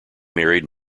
married